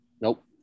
nope